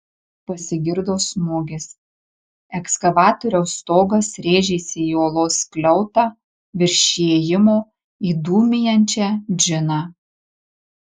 pasigirdo smūgis ekskavatoriaus stogas rėžėsi į olos skliautą virš įėjimo į dūmijančią džiną